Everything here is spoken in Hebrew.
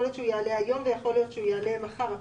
יכול להיות שהוא יעלה היום ויכול להיות שהוא יעלה מחר.